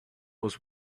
was